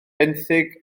benthyg